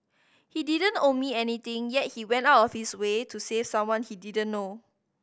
he didn't owe me anything yet he went out of his way to save someone he didn't know